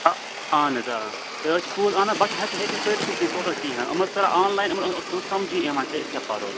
آ اہن حظ آ تِہ حظ چھِ پوٚز اہن حظ بچہٕ ہٮ۪کہِ نہٕ ہیٚکہِ نہٕ پٔرۍتھٕے کینٛہہ ٹوٹَل کِہیٖنۍ یِم ٲسۍ پَران آنلایِن یِمَن اوس نہٕ سَمجے یِوان کہِ أسۍ کیاہ پَرو